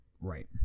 right